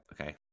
okay